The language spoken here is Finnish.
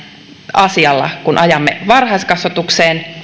asialla kun ajamme varhaiskasvatukseen